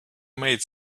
made